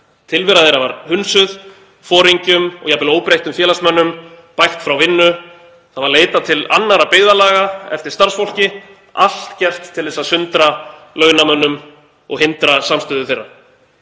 Tilvera þeirra var hunsuð, foringjum og jafnvel óbreyttum félagsmönnum bægt frá vinnu, það var leitað til annarra byggðarlaga eftir starfsfólki, allt gert til að sundra launamönnum og hindra samstöðu þeirra.